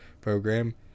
program